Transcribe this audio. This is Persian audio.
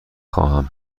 خواهم